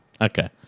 Okay